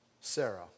Sarah